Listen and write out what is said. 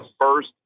first